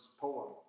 poem